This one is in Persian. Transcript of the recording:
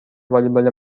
والیبال